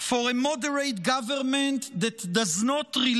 for a moderate government that does not rely